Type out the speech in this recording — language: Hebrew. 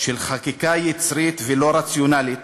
של חקיקה יצרית ולא רציונלית